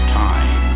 time